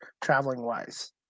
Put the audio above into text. traveling-wise